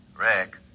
Rick